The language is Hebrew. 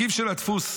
הדפוס,